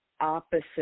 opposite